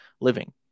living